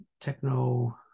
techno